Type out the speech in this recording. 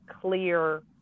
clear